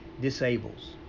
disables